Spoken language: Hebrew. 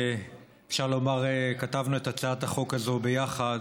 שאפשר לומר שכתבנו את הצעת החוק הזאת ביחד,